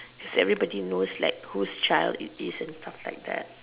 cause everybody knows like who's child is this and stuff like that